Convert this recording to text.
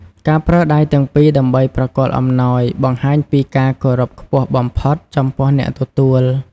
ការប្រើដៃទាំងពីរដើម្បីប្រគល់អំណោយ បង្ហាញពី ការគោរពខ្ពស់បំផុត ចំពោះអ្នកទទួល។